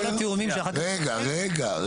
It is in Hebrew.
רגע, רגע.